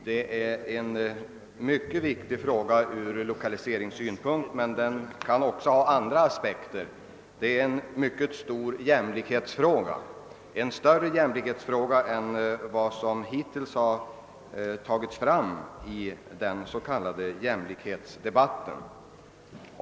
Det är en mycket viktig fråga ur lokaliseringssynpunkt, men det är också en mycket stor jämlikhetsfråga — större än vad som hittills framgått av den s.k. jämlikhetsdebatten.